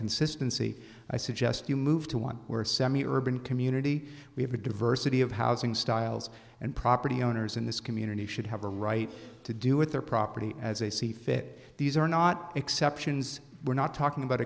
consistency i suggest you move to one or semi urban community we have a diversity of housing styles and property owners in this community should have a right to do with their property as they see fit these are not exceptions we're not talking about